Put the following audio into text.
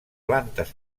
plantes